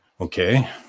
Okay